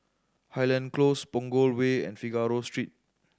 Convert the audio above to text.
Highland Close Punggol Way and Figaro Street